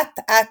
אט אט